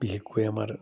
বিশেষকৈ আমাৰ